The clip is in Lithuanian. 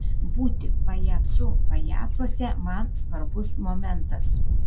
būti pajacu pajacuose man svarbus momentas